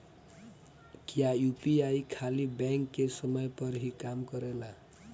क्या यू.पी.आई खाली बैंक के समय पर ही काम करेला?